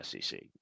SEC